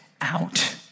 out